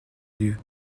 lieu